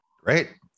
Great